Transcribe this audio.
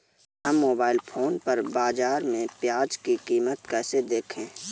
हम mobile phone पर बाज़ार में प्याज़ की कीमत कैसे देखें?